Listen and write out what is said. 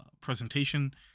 presentation